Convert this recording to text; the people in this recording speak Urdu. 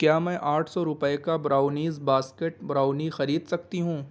کیا میں آٹھ سو روپے کا براؤنیز باسکیٹ براؤنی خرید سکتی ہوں